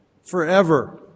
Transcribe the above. forever